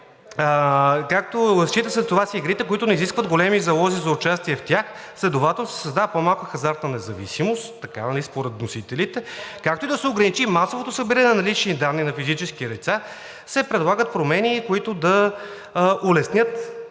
счита се, че това са игрите, които не изискват големи залози за участие в тях, следователно се създава по-малка хазартна зависимост – според вносителите, както и да се ограничи масовото събиране на лични данни на физическите лица, се предлагат промени, които да улеснят